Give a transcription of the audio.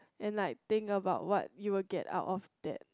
and like think about what you will get out of that